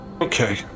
Okay